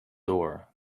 door